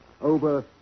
over